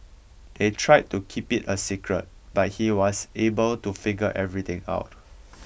they tried to keep it a secret but he was able to figure everything out